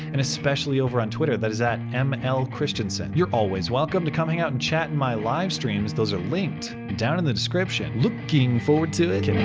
and especially over on twitter, that is at um mlchristiansen. you're always welcome to come hang out and chat in my livestreams, those are linked down in the description. looking forward to it.